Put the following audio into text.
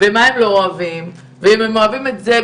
ומה הם לא אוהבים ואם הם אוהבים את זה.